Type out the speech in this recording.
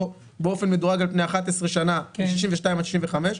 באופן מדורג על פני 11 שנים מ-62 עד 65,